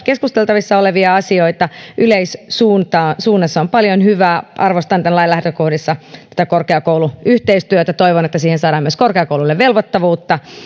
keskusteltavissa olevia asioita yleissuunnassa on paljon hyvää arvostan tämän lain lähtökohdissa tätä korkeakouluyhteistyötä toivon että siihen saadaan myös korkeakouluille velvoittavuutta